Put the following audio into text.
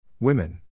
Women